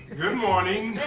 good morning!